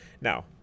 Now